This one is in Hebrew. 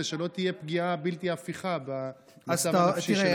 כדי שלא תהיה פגיעה בלתי הפיכה במצב הנפשי של הילדה.